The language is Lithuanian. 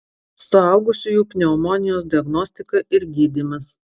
suaugusiųjų pneumonijos diagnostika ir gydymas